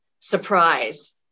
surprise